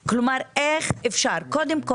קטן,